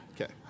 Okay